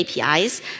APIs